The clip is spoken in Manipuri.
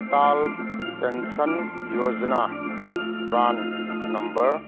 Atal pension Yojana PRAN number